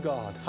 God